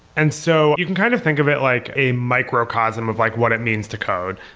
and so you can kind of think of it like a microcosm of like what it means to code.